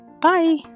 Bye